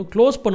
Close